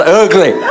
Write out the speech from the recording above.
ugly